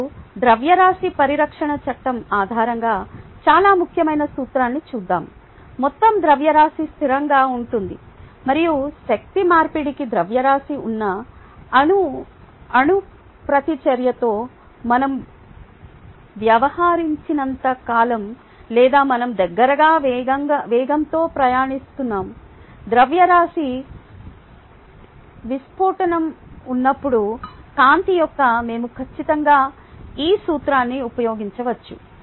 ఇప్పుడు ద్రవ్యరాశి పరిరక్షణ చట్టం ఆధారంగా చాలా ముఖ్యమైన సూత్రాన్ని చూద్దాం మొత్తం ద్రవ్యరాశి స్థిరంగా ఉంటుంది మరియు శక్తి మార్పిడికి ద్రవ్యరాశి ఉన్న అణు ప్రతిచర్యతో మనం వ్యవహరించనంత కాలం లేదా మనం దగ్గరగా వేగంతో ప్రయాణిస్తాము ద్రవ్యరాశి విస్ఫోటనం ఉన్నప్పుడు కాంతి యొక్క మేము ఖచ్చితంగా ఈ సూత్రాన్ని ఉపయోగించవచ్చు